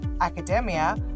academia